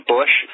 Bush